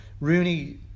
Rooney